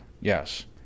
yes